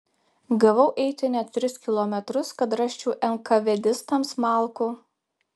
gavau eiti net tris kilometrus kad rasčiau enkavedistams malkų